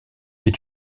est